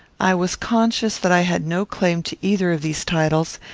i was conscious that i had no claim to either of these titles,